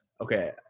Okay